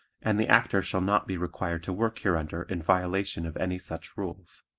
and the actor shall not be required to work hereunder in violation of any such rules.